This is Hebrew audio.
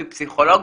מפסיכולוג,